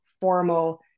formal